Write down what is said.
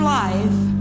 life